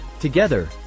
Together